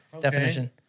definition